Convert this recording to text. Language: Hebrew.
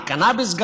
וגם על קנאביס,